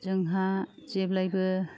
जोंहा जेब्लायबो